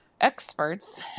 experts